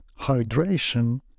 hydration